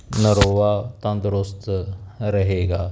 ਨਰੋਆ ਤੰਦਰੁਸਤ ਰਹੇਗਾ